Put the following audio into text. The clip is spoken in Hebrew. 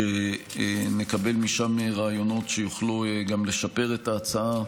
שנקבל משם רעיונות שיוכלו גם לשפר את ההצעה,